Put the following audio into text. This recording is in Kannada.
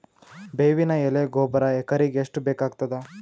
ಬೇವಿನ ಎಲೆ ಗೊಬರಾ ಎಕರೆಗ್ ಎಷ್ಟು ಬೇಕಗತಾದ?